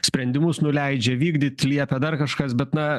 sprendimus nuleidžia vykdyt liepia dar kažkas bet na